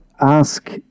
ask